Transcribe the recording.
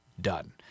done